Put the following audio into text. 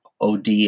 OD